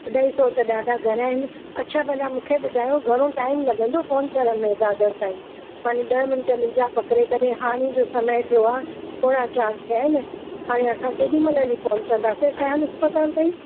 अढाई सौ त ॾाढा घणा आहिनि अच्छा पहिला मूंखे ॿुधायो घणो टाइम लॻंदो पहुचण में दादर ताईं माना ॾह मिंट मुंहिंजा पकिड़े करे हाणे जो समय थियो आहे पोणा चारि थिया आहिनि हाणे असां केॾीं महिल वञी पहुचंदासि सिआन इस्पताल ताईं